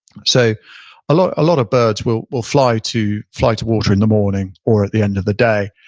so a lot lot of birds will will fly to fly to water in the morning or at the end of the day,